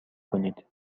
کنید